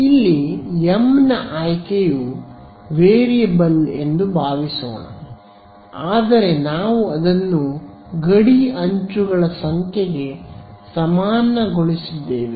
ಇಲ್ಲಿ ಎಂ ನ ಆಯ್ಕೆಯು ವೇರಿಯಬಲ್ ಎಂದು ಭಾವಿಸೋಣ ಆದರೆ ನಾವು ಅದನ್ನು ಗಡಿ ಅಂಚುಗಳ ಸಂಖ್ಯೆಗೆ ಸಮಾನಗೊಳಿಸಿದ್ದೇವೆ